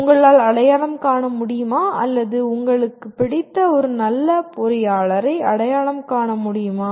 உங்களால் அடையாளம் காண முடியுமா அல்லது உங்களுக்கு பிடித்த நல்ல பொறியாளரை அடையாளம் காண முடியுமா